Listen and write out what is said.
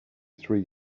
three